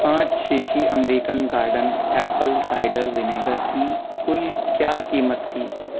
پانچ شیشی American garden apple cider vinegar کی کل کیا قیمت تھی